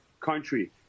country